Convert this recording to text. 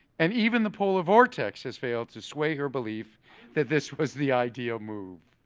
and even the polar vortex has failed to sway her belief that this was the ideal move.